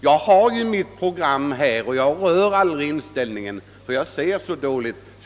Jag har mitt program och rör aldrig inställningen; jag ser så dåligt.